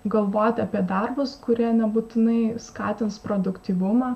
galvoti apie darbus kurie nebūtinai skatins produktyvumą